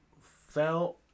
fell